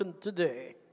today